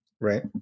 Right